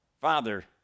Father